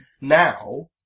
now